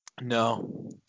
No